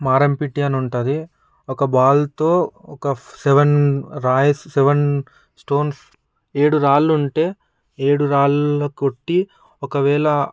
మారం పెట్టె అని ఉంటది ఒక బాల్తో ఒక సెవెన్ రాయ్స్ సెవెన్ స్టోన్స్ ఏడు రాళ్లు ఉంటే ఏడు రాళ్లు కొట్టి ఒకవేళ